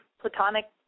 platonic